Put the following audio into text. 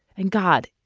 and god,